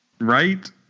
Right